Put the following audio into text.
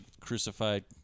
crucified